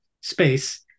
space